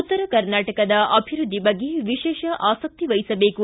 ಉತ್ತರ ಕರ್ನಾಟಕದ ಅಭಿವೃದ್ದಿ ಬಗ್ಗೆ ವಿಶೇಷ ಆಸಕ್ತಿ ವಹಿಸಬೇಕು